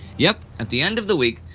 yep, at the end of the week,